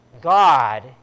God